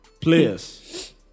Players